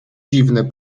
dziwne